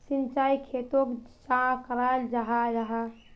सिंचाई खेतोक चाँ कराल जाहा जाहा?